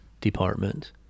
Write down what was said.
Department